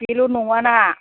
बेल' नङाना